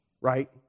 right